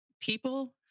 People